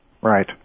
right